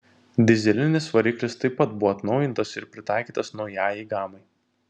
dyzelinis variklis taip pat buvo atnaujintas ir pritaikytas naujajai gamai